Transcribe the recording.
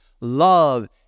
love